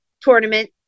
tournament